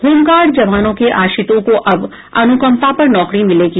home guard जवानों के आश्रितों को अब अन्कंपा पर नौकरी मिलेगी